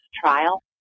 trial